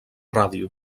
ràdio